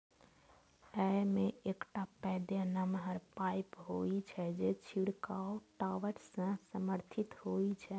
अय मे एकटा पैघ नमहर पाइप होइ छै, जे छिड़काव टावर सं समर्थित होइ छै